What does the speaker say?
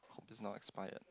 hope is not expired